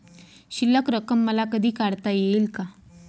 शिल्लक रक्कम मला कधी काढता येईल का?